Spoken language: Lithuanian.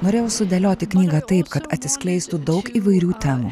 norėjau sudėlioti knygą taip kad atsiskleistų daug įvairių temų